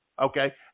Okay